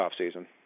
offseason